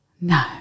No